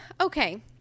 okay